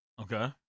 Okay